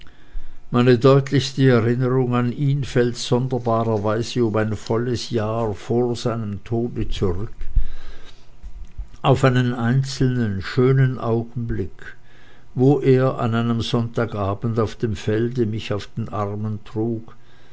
meine deutlichste erinnerung an ihn fällt sonderbarerweise um ein volles jahr vor seinen tod zurück auf einen einzelnen schönen augenblick wo er an einem sonntagabend auf dem felde mich auf den armen trug